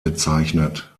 bezeichnet